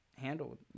handled